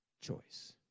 choice